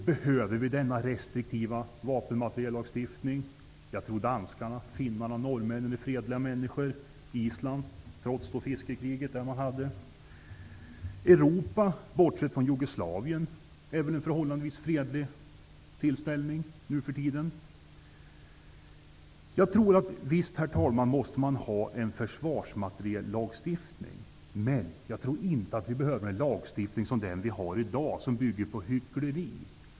Behöver vi denna restriktiva vapenmateriellagstiftning? Jag tror danskarna, finnarna och norrmännen är fredliga människor, liksom islänningarna, trots det fiskekrig man hade. Europa, bortsett från Jugoslavien, är väl en förhållandevis fredlig arena nu för tiden. Herr talman! Visst måste man ha en försvarsmateriellagstiftning. Men jag tror inte att vi behöver en lagstiftning som den vi har i dag, som bygger på hyckleri.